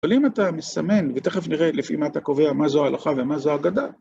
אבל אם אתה מסמן, ותכף נראה לפי מה אתה קובע, מה זו הלכה ומה זו אגדה